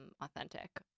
authentic